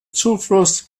zufluss